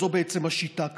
זו בעצם השיטה כאן.